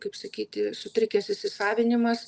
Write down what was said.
kaip sakyti sutrikęs įsisavinimas